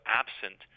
absent